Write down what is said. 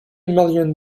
million